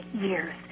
years